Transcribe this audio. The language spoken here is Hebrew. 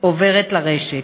עוברת לרשת.